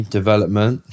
development